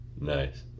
nice